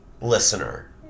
Listener